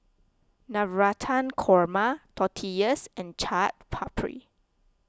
Navratan Korma Tortillas and Chaat Papri